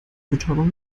betäubung